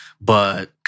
but-